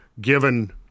given